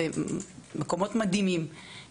אלה מקומות מדהימים